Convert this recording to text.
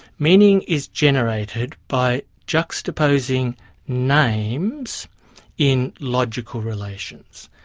meaning is generated by juxtaposing names in logical relations.